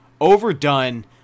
Overdone